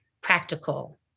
practical